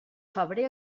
febrer